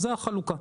זה החלוקה.